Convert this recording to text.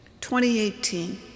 2018